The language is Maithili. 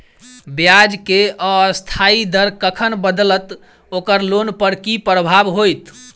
ब्याज केँ अस्थायी दर कखन बदलत ओकर लोन पर की प्रभाव होइत?